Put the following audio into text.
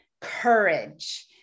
courage